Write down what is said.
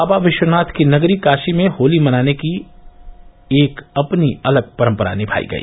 बाबा विश्वनाथ की नगरी काशी में होली मनाने की एक अपनी अलग परंपरा निभाई गई